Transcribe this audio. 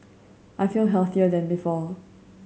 I feel healthier than before